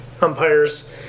umpires